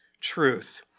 truth